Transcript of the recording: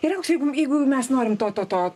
ir aukse jeigu jeigu mes norim to to to